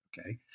Okay